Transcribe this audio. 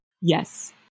Yes